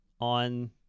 on